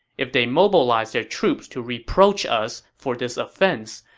if they mobilize their troops to reproach us for this offense,